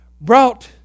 brought